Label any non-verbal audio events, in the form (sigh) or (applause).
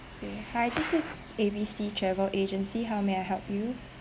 okay hi (noise) this is A B C travel agency how may I help you